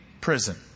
prison